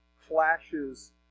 flashes